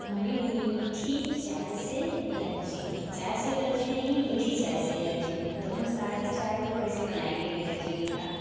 हमें मीठी चाय से एलर्जी है चाय से एलर्जी नहीं है मीठी चाय से एलर्जी है तो हम सादी चाय को कैसे बनाएंगे बगैर चीनी का